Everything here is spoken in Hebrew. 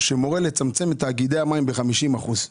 שמורה לצמצם את תאגידי המים ב-50 אחוזים.